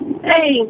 Hey